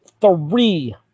three